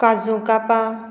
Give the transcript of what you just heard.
काजू कापां